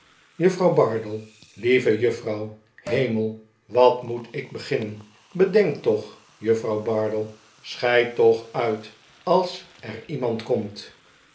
juffrouw bardell lieve juffrouw hemel wat moet ik beginnen bedenk toch juffrouw bardell schei toch uit als er iemand komt